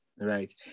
Right